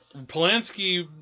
Polanski